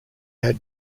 had